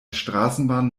straßenbahn